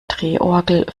drehorgel